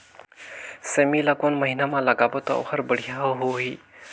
सेमी ला कोन महीना मा लगाबो ता ओहार बढ़िया होही?